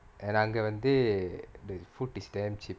and அங்க வந்து:anga vanthu the food is damn cheap